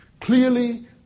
Clearly